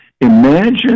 Imagine